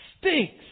stinks